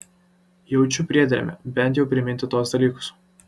jaučiu priedermę bent jau priminti tuos dalykus